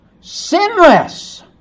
sinless